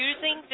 using